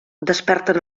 desperten